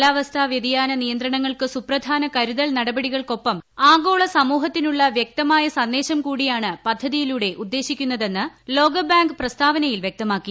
കാലാവസ്ഥാ വ്യതിയാന നിയന്ത്രണങ്ങൾക്ക് സുപ്രധാന കരുതൽ നടപടികൾക്കൊപ്പം ആഗോള സമൂഹത്തിനുള്ള വ്യക്തമായ സന്ദേശം കൂടിയാണ് പദ്ധതിയിലൂടെ ഉദ്ദേശിക്കുന്നതെന്ന് ലോകബബാങ്ക് പ്രസ്താവനയിൽ വ്യക്തമാക്കി